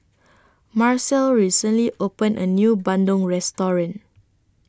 Marcelle recently opened A New Bandung Restaurant